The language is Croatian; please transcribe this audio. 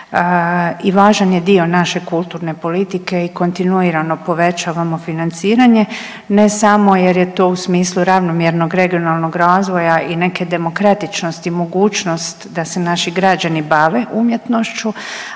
i važan je dio naše kulturne politike i kontinuirano povećavamo financiranje, ne samo jer je to u smislu ravnomjernog regionalnog razvoja i neke demokratičnosti i mogućnost da se naši građani bave umjetnošću,